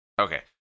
Okay